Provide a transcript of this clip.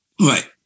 Right